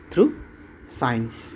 through science